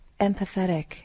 empathetic